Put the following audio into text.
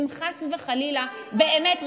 אם חס וחלילה באמת,